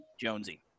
Jonesy